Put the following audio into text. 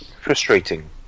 Frustrating